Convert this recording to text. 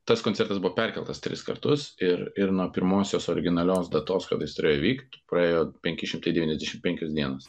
tas koncertas buvo perkeltas tris kartus ir ir nuo pirmosios originalios datos kada jis turėjo įvykt praėjo penki šimtai devyniasdešim penkios dienos